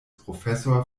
professor